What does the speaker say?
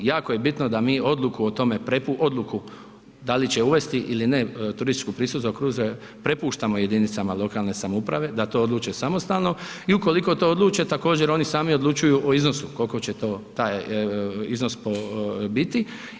Jako je bitno da mi odluku o tome, odluku da li će uvesti ili ne turističku pristojbu za kruzere prepuštamo jedinicama lokalne samouprave da to odluče samostalno i ukoliko to odluče također oni sami odlučuju o iznosu kolko će to, taj iznos po biti.